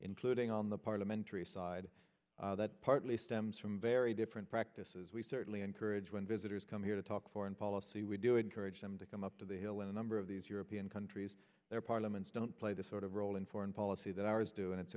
including on the parliamentary side that partly stems from very different practices we certainly encourage when visitors come here to talk foreign policy we do encourage them to come up to the hill a number of these european countries their parliaments don't play the sort of role in foreign policy that ours do and it's